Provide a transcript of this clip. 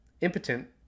impotent